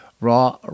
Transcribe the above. Raw